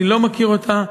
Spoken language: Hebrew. אני לא מכיר אותה.